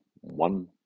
one